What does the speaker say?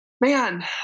Man